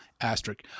asterisk